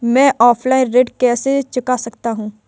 मैं ऑफलाइन ऋण कैसे चुका सकता हूँ?